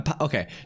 Okay